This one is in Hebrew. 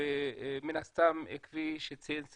ומן הסתם, כפי שציין סמי,